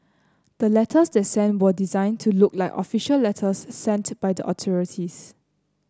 the letters they sent were designed to look like official letters sent by the authorities